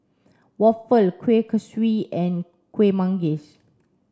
Waffle Kueh Kaswi and Kueh Manggis